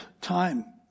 time